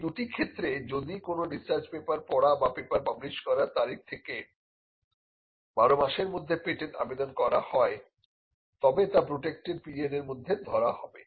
এই দুটি ক্ষেত্রে যদি কোন রিসার্চ পেপার পড়া বা পেপার পাবলিশ করার তারিখ থেকে 12 মাসের মধ্যে পেটেন্ট আবেদন করা হয় তবে তা প্রটেক্টেড পিরিয়ড এর মধ্যে ধরা হবে